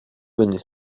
venez